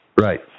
Right